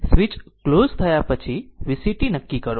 switch close થયા પછી VCt નક્કી કરો